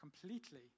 completely